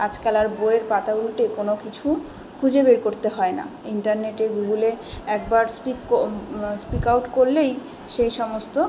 আজকাল আর বইয়ের পাতা উলটে কোনো কিছু খুঁজে বের করতে হয় না ইন্টারনেটে গুগলে একবার স্পিকও স্পিক আউট করলেই সেই সমস্ত